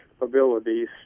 abilities